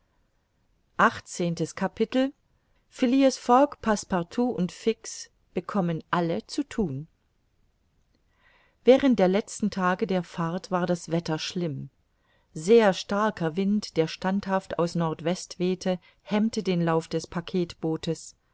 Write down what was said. passepartout und fix bekommen alle zu thun während der letzten tage der fahrt war das wetter schlimm sehr starker wind der standhaft aus nordwest wehte hemmte den lauf des packetbootes